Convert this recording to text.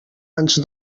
ens